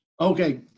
Okay